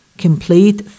complete